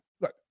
look